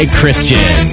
Christian